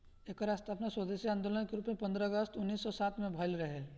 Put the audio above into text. एकर स्थापना स्वदेशी आन्दोलन के रूप में पन्द्रह अगस्त उन्नीस सौ सात में भइल रहे